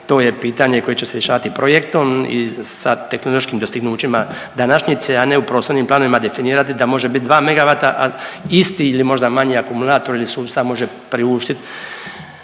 to je pitanje koje će se rješavati projektom i sa tehnološkim dostignućima današnjice, a ne u prostornim planovima definirati da može bit 2 MW, a isti ili možda manji akumulator ili sustav može priuštit